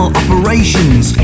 operations